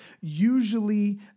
usually